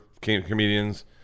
comedians